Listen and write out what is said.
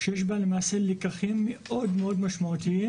שיש בהן למעשה לקחים מאוד-מאוד משמעותיים